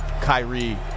Kyrie